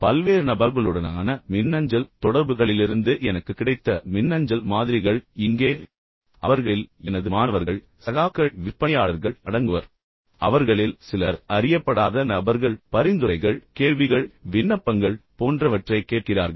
பல்வேறு நபர்களுடனான மின்னஞ்சல் தொடர்புகளிலிருந்து எனக்கு கிடைத்த மின்னஞ்சல் மாதிரிகள் இங்கே அவர்களில் பெரும்பாலோர் எனது மாணவர்கள் அவர்களில் சிலர் எனது சகாக்கள் அவர்களில் சிலர் விற்பனையாளர்கள் அவர்களில் சிலர் அறியப்படாத நபர்கள் பரிந்துரைகள் கேள்விகள் விண்ணப்பங்கள் போன்றவற்றைக் கேட்கிறார்கள்